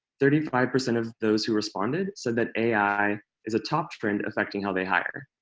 thirty five percent of those who responded said that ai is a top trend affecting how they hire.